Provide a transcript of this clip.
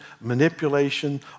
manipulation